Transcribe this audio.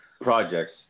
projects